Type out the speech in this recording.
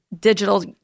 digital